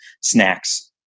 snacks